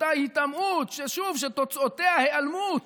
אותה היטמעות שתוצאותיה היעלמות,